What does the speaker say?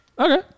Okay